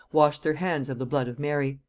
washed their hands of the blood of mary.